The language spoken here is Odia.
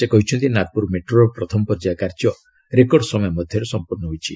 ସେ କହିଛନ୍ତି ନାଗପୁର ମେଟ୍ରୋର ପ୍ରଥମ ପର୍ଯ୍ୟାୟ କାର୍ଯ୍ୟ ରେକର୍ଡ ସମୟ ମଧ୍ୟରେ ସମ୍ପର୍ଷ ହୋଇଛି